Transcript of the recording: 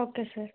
okay sir